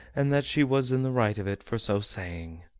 and that she was in the right of it for so saying.